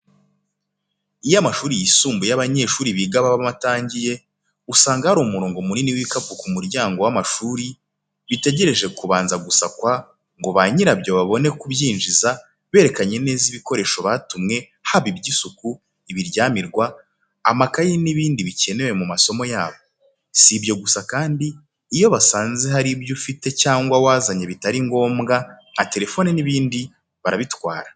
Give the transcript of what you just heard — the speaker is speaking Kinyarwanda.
Iyo amashuri yisumbuye y’abanyeshuri biga babamo atangiye, usanga hari umurongo munini w’ibikapu ku muryango w’amashuri, bitegereje kubanza gusakwa ngo banyirabyo babone kubyinjiza berekanye neza ibikoresho batumwe, haba iby’isuku, ibiryamirwa, amakaye n’ibindi bikenewe mu masomo yabo. Si ibyo gusa kandi, iyo basanze hari ibyo ufite cyangwa wazanye bitari ngombwa, nka telefone n’ ibindi, barabitwara.